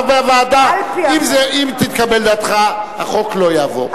אם תתקבל דעתך, החוק לא יעבור.